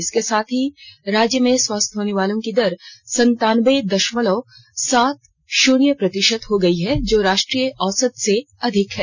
इसके साथ ही राज्य में स्वस्थ होने वालों की दर सनतानबे दशमलव सात शून्य प्रतिशत हो गई है जो राष्ट्रीय औसत से अधिक है